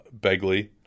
Begley